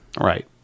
Right